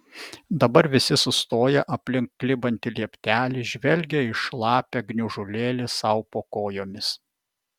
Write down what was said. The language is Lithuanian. dabar visi sustoję aplink klibantį lieptelį žvelgė į šlapią gniužulėlį sau po kojomis